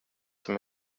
som